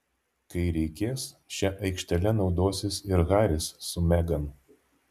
kai reikės šia aikštele naudosis ir haris su megan